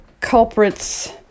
culprits